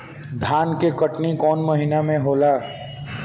धान के कटनी कौन महीना में होला?